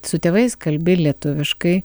su tėvais kalbi lietuviškai